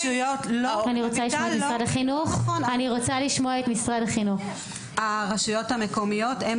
אני רוצה לשמוע את משרד החינוך.) הרשויות המקומיות הן